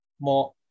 more